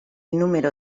número